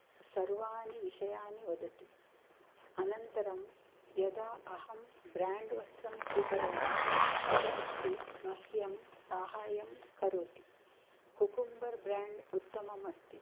सर्वाणि विषयानि वदति अनन्तरं यदा अहं ब्राण्ड् वस्त्रं स्वीकरोमि तदापि मह्यं सहायं करोति कुकुम्बर् ब्राण्ड् उत्तममस्ति